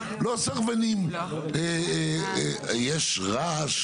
לא סרבנים --- אני אפתיע את אדוני.